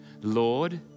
Lord